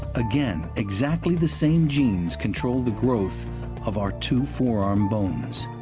again, exactly the same genes control the growth of our two forearm bones.